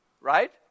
right